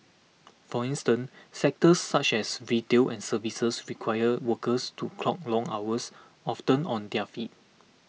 for instance sectors such as retail and services require workers to clock long hours often on their feet